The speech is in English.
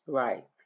right